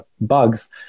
bugs